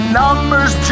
numbers